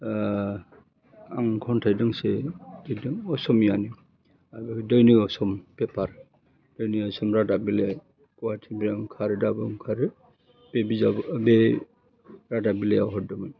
ओह आं खन्थाइ दोंसे लिरदोंमनो असमियानि दैनिक असम पेपार दैनिक असम रादाब बिलाइ गुहाटिनिफ्राय आं कारदाबो ओंखारो बे बिजाब बे रादाब बिलाइयाव